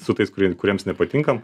su tais kurie kuriems nepatinkam